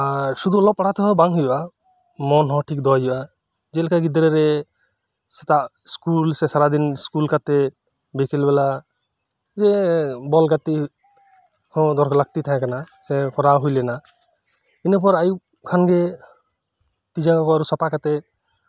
ᱟᱨ ᱥᱩᱫᱷᱩ ᱚᱞᱚᱜ ᱯᱟᱲᱦᱟᱜ ᱛᱮᱦᱚᱸ ᱵᱟᱝ ᱦᱳᱭᱳᱜᱼᱟ ᱢᱚᱱᱦᱚᱸ ᱴᱷᱤᱠ ᱫᱚᱦᱚᱭ ᱦᱳᱭᱳᱜᱼᱟ ᱡᱮᱞᱮᱠᱟ ᱜᱤᱫᱽᱨᱟᱹ ᱨᱮ ᱥᱮᱛᱟᱜ ᱥᱠᱩᱞ ᱥᱮ ᱥᱟᱨᱟᱫᱤᱱ ᱥᱠᱩᱞ ᱠᱟᱛᱮᱫ ᱡᱮ ᱵᱤᱠᱮᱞ ᱵᱮᱞᱟ ᱵᱚᱞ ᱜᱟᱛᱮᱜ ᱦᱚᱸ ᱞᱟᱹᱠᱛᱤ ᱛᱟᱦᱮᱸ ᱠᱟᱱᱟ ᱥᱮ ᱠᱚᱨᱟᱣ ᱦᱳᱭ ᱞᱮᱱᱟ ᱤᱱᱟᱹ ᱯᱚᱨ ᱟᱹᱭᱩᱵ ᱠᱷᱟᱱᱜᱮ ᱛᱤ ᱡᱟᱸᱜᱟ ᱠᱚ ᱟᱯᱷᱟ ᱠᱟᱛᱮᱫ